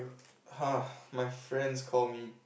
!huh! my friends call me